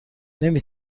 نمی